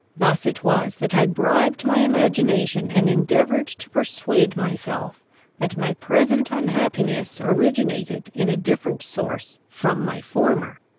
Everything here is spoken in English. thus it was that i bribed my imagination, and endeavoured to persuade myself that my present unhappiness originated in a different source from my former.